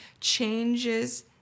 changes